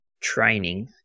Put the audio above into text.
training